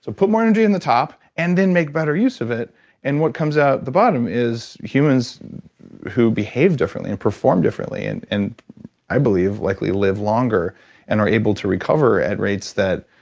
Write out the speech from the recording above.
so put more energy in the top and then make better use of it and what comes out at the bottom, is humans who behave differently and perform differently and and i believe likely live longer and are able to recover at rates that